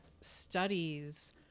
studies